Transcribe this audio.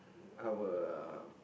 our uh